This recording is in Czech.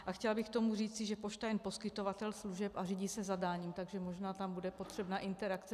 A chtěla bych k tomu říci, že pošta je poskytovatel služeb a řídí se zadáním, takže možná tam bude potřebná interakce.